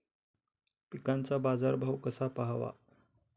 पिकांचा बाजार भाव कसा पहावा?